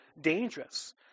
dangerous